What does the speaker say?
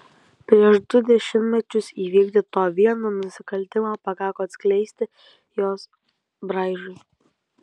prieš du dešimtmečius įvykdyto vieno nusikaltimo pakako atskleisti jos braižui